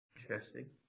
Interesting